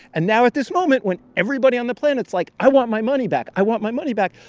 and now at this moment, when everybody on the planet's like, i want my money back, i want my money back,